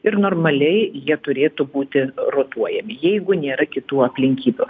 ir normaliai jie turėtų būti rotuojami jeigu nėra kitų aplinkybių